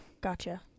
gotcha